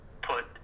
put